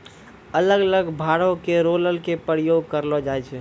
अलग अलग भारो के रोलर के प्रयोग करलो जाय छै